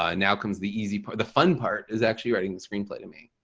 ah now comes the easy part. the fun part is actually writing the screenplay to me.